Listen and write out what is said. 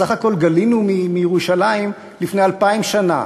בסך הכול גלינו מירושלים לפני אלפיים שנה.